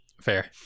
Fair